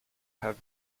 have